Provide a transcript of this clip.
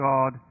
God